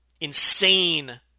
insane